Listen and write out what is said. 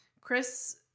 Chris